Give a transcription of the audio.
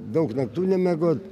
daug naktų nemiegot